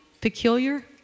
Peculiar